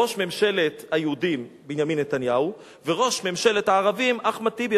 ראש ממשלת היהודים בנימין נתניהו וראש ממשלת הערבים אחמד טיבי,